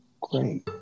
Great